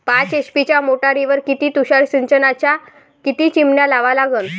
पाच एच.पी च्या मोटारीवर किती तुषार सिंचनाच्या किती चिमन्या लावा लागन?